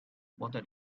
bother